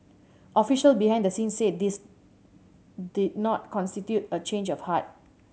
officials behind the scenes said this did not constitute a change of heart